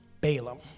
Balaam